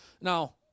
Now